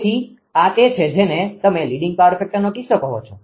તેથી આ તે છે જેને તમે લીડીંગ પાવર ફેક્ટરનો કિસ્સો કહો છો